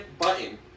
button